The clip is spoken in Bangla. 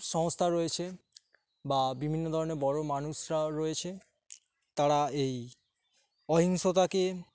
সংস্থা রয়েছে বা বিভিন্ন ধরনের বড়ো মানুষরা রয়েছে তারা এই অহিংসতাকে